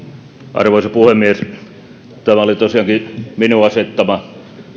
arvoisa puhemies tämä oli tosiaankin minun asettamani